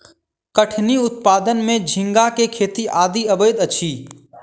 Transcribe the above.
कठिनी उत्पादन में झींगा के खेती आदि अबैत अछि